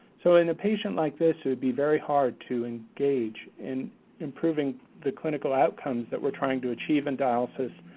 so in a patient like this, it would be very hard to engage in improving the clinical outcomes that we are trying to achieve in dialysis,